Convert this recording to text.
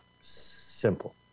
Simple